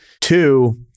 Two